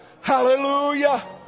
Hallelujah